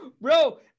Bro